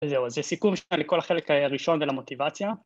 ‫וזהו, זה סיכום לכל החלק הראשון ‫ולמוטיבציה.